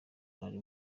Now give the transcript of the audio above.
ari